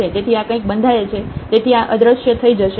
તેથી આ કંઈક બંધાયેલ છે તેથી આ અદ્રશ્ય થઈ જશે આ 0 પર જશે